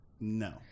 no